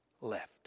left